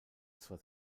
zwar